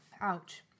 ouch